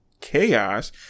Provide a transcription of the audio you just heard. chaos